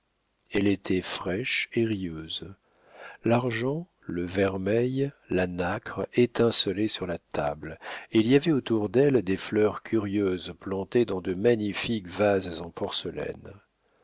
elle était fraîche et rieuse l'argent le vermeil la nacre étincelaient sur la table et il y avait autour d'elle des fleurs curieuses plantées dans de magnifiques vases en porcelaine